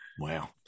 Wow